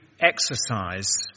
exercise